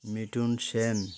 Mithun Sen